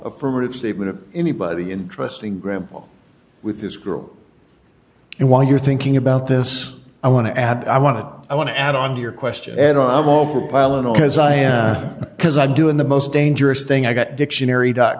affirmative statement of anybody interesting grandpa with this girl and while you're thinking about this i want to add i want to i want to add on to your question and i'm all for piling on because i'm doing the most dangerous thing i got dictionary dot